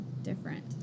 different